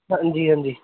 ਹਾਂਜੀ ਹਾਂਜੀ